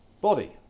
body